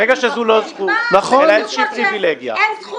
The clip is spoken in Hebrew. מרגע שזו לא זכות ------ אין זכות